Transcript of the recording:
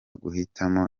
guhitamo